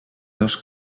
dos